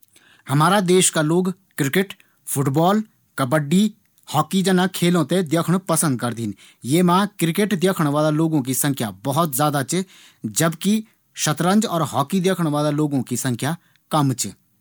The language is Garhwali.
हमारा देश का लोग क्रिकेट, फुटबॉल, कब्बड्डी और हॉकी जना खेलों थें देख्णु पसंद करदिन। क्रिकेट देखणा वालों की संख्या सबसे ज्यादा जबकि शतरंज और हॉकी देखणा वालों की संख्या कम च।